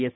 S